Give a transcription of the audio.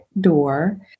door